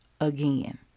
again